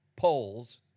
polls